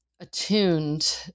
attuned